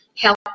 help